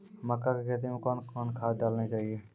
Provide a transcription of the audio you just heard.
मक्का के खेती मे कौन कौन खाद डालने चाहिए?